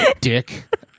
Dick